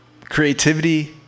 creativity